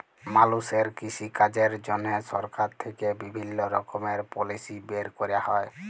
মালুষের কৃষিকাজের জন্হে সরকার থেক্যে বিভিল্য রকমের পলিসি বের ক্যরা হ্যয়